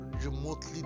remotely